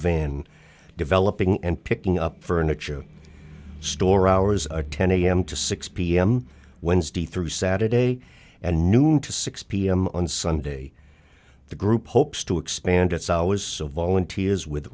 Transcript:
van developing and picking up furniture store hours a ten am to six pm wednesday through saturday and noon to six pm on sunday the group hopes to expand its hours so volunteers with